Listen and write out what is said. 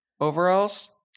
overalls